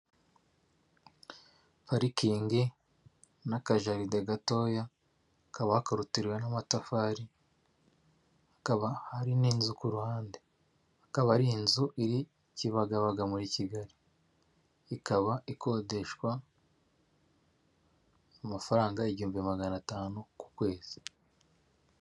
Parikingi n'akajaride gatoya, hakaba hakorotiriwe n'amatafari, hakaba hari n'inzu ku ruhande, hakaba hari inzu iri Kimibagabaga muri Kigali, ikaba ikodeshwa amafaranga igihumbi magana atanu ku kwezi.